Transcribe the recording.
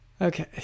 Okay